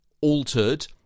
altered